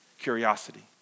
curiosity